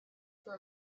for